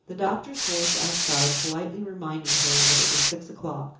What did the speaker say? the doctor's voice outside politely reminded her that it was six o'clock.